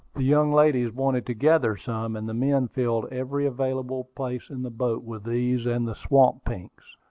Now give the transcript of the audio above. the young ladies wanted to gather some, and the men filled every available place in the boat with these and the swamp pinks.